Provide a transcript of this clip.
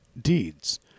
deeds